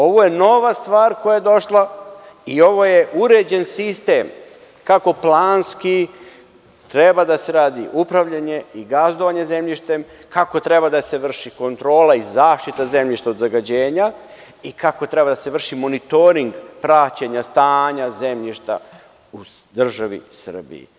Ovo je nova stvar koja je došla i ovo je uređen sistem kako planski treba da se radi upravljanje i gazdovanje zemljištem, kako treba da se vrši kontrola i zaštita zemljišta od zagađenja i kako treba da se vrši monitoring praćenja stanja zemljišta u državi Srbiji.